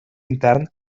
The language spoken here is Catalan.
intern